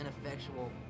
ineffectual